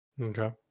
Okay